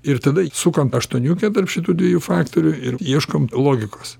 ir tada sukam aštuoniukę tarp šitų dviejų faktorių ir ieškom logikos